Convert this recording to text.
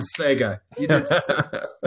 Sega